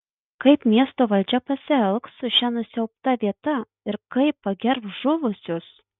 kaip miesto valdžia pasielgs su šia nusiaubta vieta ir kaip pagerbs žuvusius